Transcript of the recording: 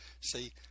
See